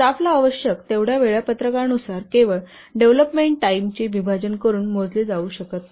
स्टाफला आवश्यक तेवढ्या वेळापत्रकानुसार केवळ डेव्हलोपमेंट टाइम चे विभाजन करून मोजले जाऊ शकत नाही